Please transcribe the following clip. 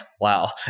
wow